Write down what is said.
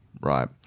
right